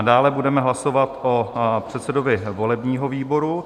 Dále budeme hlasovat o předsedovi volebního výboru.